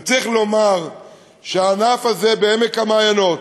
וצריך לומר שהענף הזה בעמק-המעיינות